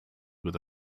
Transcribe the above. with